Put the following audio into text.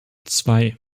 zwei